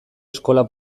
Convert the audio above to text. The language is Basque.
eskola